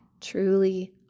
truly